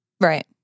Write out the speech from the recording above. Right